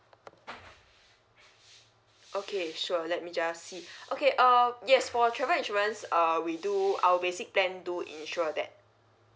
okay sure let me just see okay uh yes for travel insurance uh we do our basic plan to insure that